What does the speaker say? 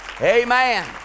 Amen